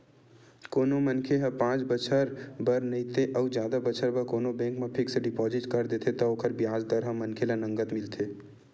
कोनो मनखे ह पाँच बछर बर नइते अउ जादा बछर बर कोनो बेंक म फिक्स डिपोजिट कर देथे त ओकर बियाज दर ह मनखे ल नँगत मिलथे